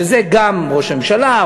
שזה גם ראש הממשלה,